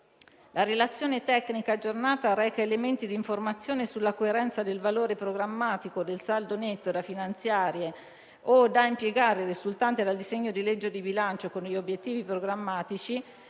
la relazione tecnica aggiornata reca elementi di informazione sulla coerenza del valore programmatico del saldo netto da finanziare o da impiegare risultante dal disegno di legge di bilancio con gli obiettivi programmatici,